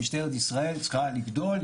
שמשטרת ישראל צריכה לגדול.